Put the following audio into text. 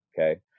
okay